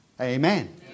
Amen